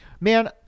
Man